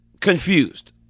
confused